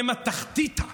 אתם התחתיתה.